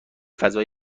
فضای